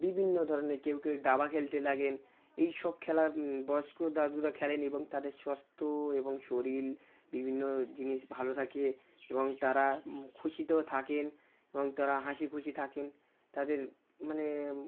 বিভিন্ন ধরনের কেউ কেউ দাবা খেলতে লাগেন এই সব খেলা বয়স্ক দাদুরা খেলেন এবং তাদের স্বাস্থ্য এবং শরীর বিভিন্ন জিনিস ভালো থাকে এবং তারা খুশিতেও থাকেন এবং তারা হাসি খুশি থাকেন তাদের মানে